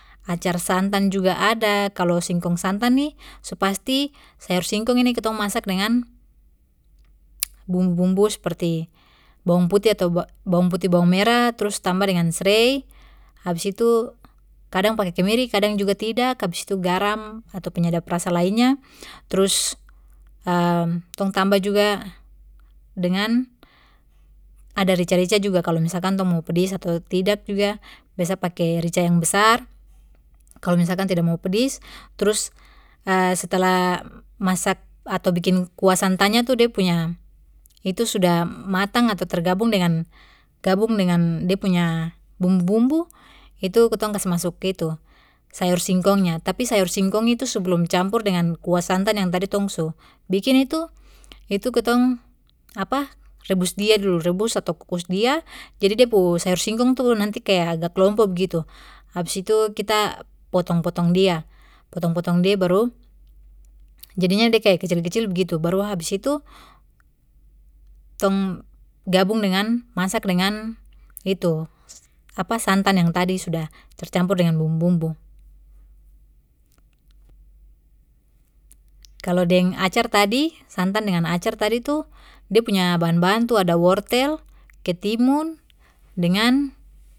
Acar santan juga ada kalo singkong santan ni su pasti sayur singkong ini kitong masak dengan bumbu bumbu seperti bawang putih ato bawang putih bawang merah trus tambah dengan srei habis itu kadang pake kemiri kadang juga tidak habis itu garam ato penyedap rasa lainnya trus tong tambah juga dengan ada rica rica juga kalo misalkan tong mau pedis ato tidak juga biasa pake rica yang besar kalo misalkan tidak mau pedis trus setelah masak ato bikin kuah santannya itu de punya itu sudah matang ato tergabung dengan gabung dengan de punya bumbu bumbu itu kitong kas masuk itu sayur singkongnya tapi sayur singkong sebelum campur dengan kuah santan yang tadi tong su bikin itu itu kitong rebus dia dulu rebus ato kukus dia habis itu kita potong potong dia potong potong dia baru jadinya de kaya kecil kecil begitu baru habis itu tong gabung dengan masak dengan nitu santan yang tadi sudah tercampur dengan bumbu bumbu. Kalo deng acar tadi santan dengan acar tadi tu de punya bahan bahan tu ada wortel, ketimun dengan.